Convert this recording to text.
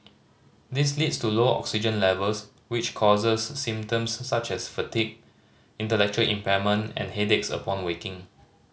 this leads to low oxygen levels which causes symptoms such as fatigue intellectual impairment and headaches upon waking